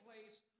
place